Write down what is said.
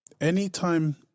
Anytime